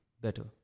better